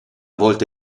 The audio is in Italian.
volta